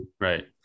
Right